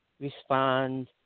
respond